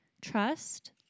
trust